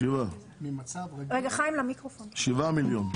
7 מיליון.